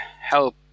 help